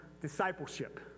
discipleship